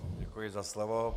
Děkuji za slovo.